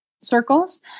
circles